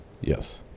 Yes